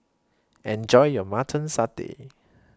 Enjoy your Mutton Satay